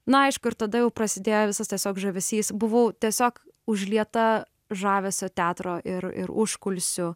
na aišku ir tada jau prasidėjo visas tiesiog žavesys buvau tiesiog užlieta žavesio teatro ir ir užkulisių